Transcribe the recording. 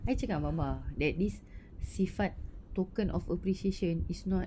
I cakap dengan bapa that this sifat token of appreciation is not